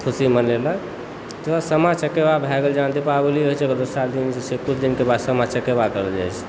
खुशी मनेलक तऽ सामा चकेवा भए गेल जेना दीपावली होइ छै नऽ ओकर सात दिन कुछ दिनके बाद सामा चकेवा करल जाइत छै